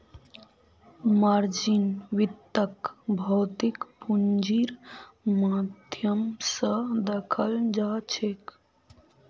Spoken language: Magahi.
मार्जिन वित्तक भौतिक पूंजीर माध्यम स दखाल जाछेक